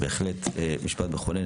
זהו בהחלט משפט מכונן.